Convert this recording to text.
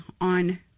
on